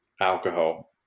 Alcohol